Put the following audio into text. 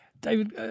David